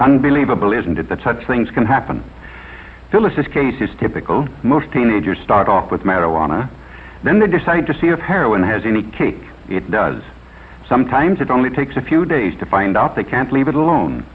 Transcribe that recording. unbelievable isn't it that such things can happen phyllis's case is typical most teenagers start off with marijuana then they decide to see of heroin has any kick it does sometimes it only takes a few days to find out they can't leave it alone